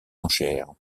enchères